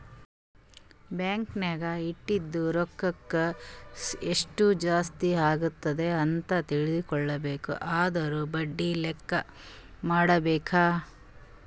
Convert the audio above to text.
bank ನಾಗ್ ಇಟ್ಟಿದು ರೊಕ್ಕಾಕ ಎಸ್ಟ್ ಜಾಸ್ತಿ ಅಗ್ಯಾದ್ ಅಂತ್ ತಿಳ್ಕೊಬೇಕು ಅಂದುರ್ ಬಡ್ಡಿ ಲೆಕ್ಕಾ ಮಾಡ್ಬೇಕ